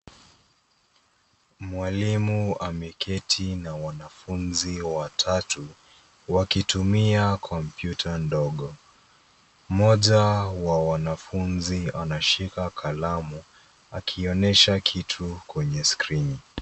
Mwalimu ameketi na wanafunzi watatu wakitumia kompyuta ndogo, mmoja wa wanafunzi anashika kalamu akionyesha kitu kwenye skrini.